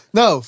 no